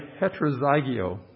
heterozygio